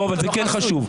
אבל זה חשוב.